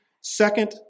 Second